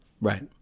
Right